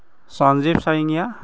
Sanjeev Charingia